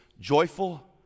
joyful